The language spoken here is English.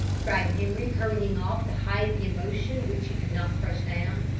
cried henri, hurrying off to hide the emotion which he could not crush down.